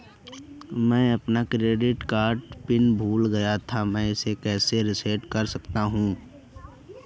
मैं अपना credit card pin भूल गया था मैं इसे कैसे रीसेट कर सकता हूँ?